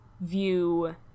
view